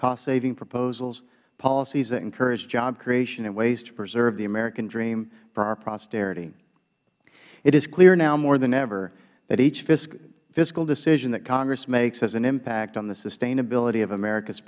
costsaving proposals policies that encourage job creation and ways to preserve the american dream for our prosperity it is clear now more than ever that each fiscal decision that congress makes has an impact on the sustainability of america's